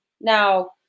Now